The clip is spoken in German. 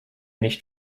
nicht